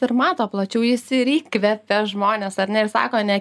ir mato plačiau jis irgi įkvepia žmones ar ne ir sako ne